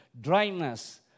dryness